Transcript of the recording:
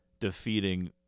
defeating